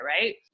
right